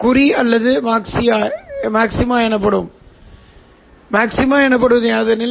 C கூறுகளை நீக்குகிறது எனவே நீங்கள் செய்தவுடன் அதன் விளைவாக வரும் சமிக்ஞைக்கு டி